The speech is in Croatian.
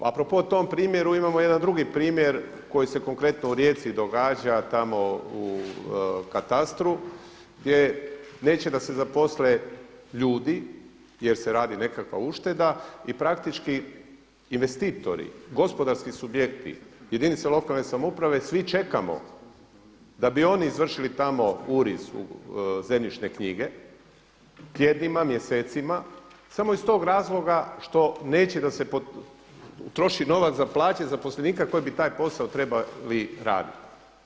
A pro po tom primjeru imamo jedna drugi primjer koji se konkretno u Rijeci događa, tamo u katastru gdje neće da se zaposle ljudi jer se radi nekakva ušteda i praktički investitori, gospodarski subjekti, jedinice lokalne samouprave svi čekamo da bi oni izvršili tamo uriz u zemljišne knjige tjednima, mjesecima samo iz tog razloga što neće da se troši novac za plaće zaposlenika koji bi taj posao trebali raditi.